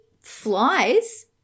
flies